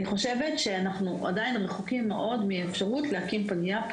אני חושבת שאנחנו עדיין רחוקים מאוד מהאפשרות להקים פה פגייה,